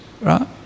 right